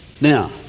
Now